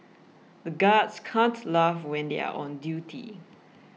the guards can't laugh when they are on duty